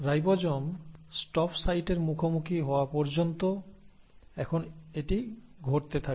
ribosome stop সাইটের মুখোমুখি হওয়া পর্যন্ত এখন এটি ঘটতে থাকে